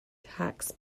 tax